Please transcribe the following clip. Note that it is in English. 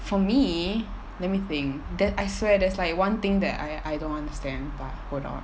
for me let me think that I swear there's like one thing that I I don't understand but hold on